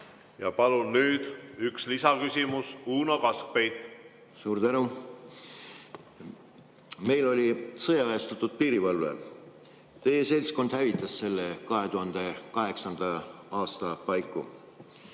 Palun nüüd üks lisaküsimus, Uno Kaskpeit! Suur tänu! Meil oli sõjaväestatud piirivalve. Teie seltskond hävitas selle 2008. aasta paiku.